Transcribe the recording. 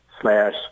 slash